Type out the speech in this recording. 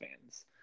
fans